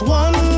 one